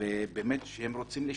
ושהם באמת רוצים לשלם,